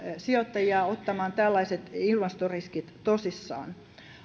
sijoittajia ottamaan tällaiset ilmastoriskit tosissaan